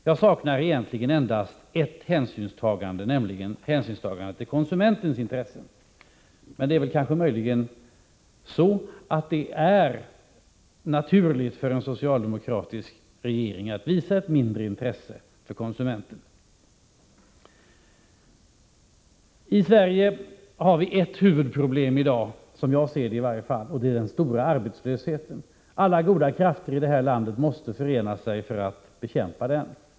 Jag saknar egentligen endast ett hänsynstagande, nämligen det till konsumentens intressen, men det är kanske naturligt för den socialdemokratiska regeringen att visa ett mindre intresse för konsumenten. I Sverige har vi ett huvudproblem i dag, i varje fall som jag ser det, och det är den stora arbetslösheten. Alla goda krafter i det här landet måste förena sig för att bekämpa den.